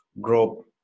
grow